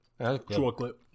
Chocolate